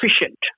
efficient